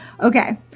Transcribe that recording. Okay